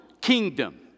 kingdom